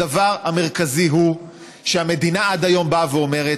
הדבר המרכזי הוא שהמדינה עד היום באה ואומרת: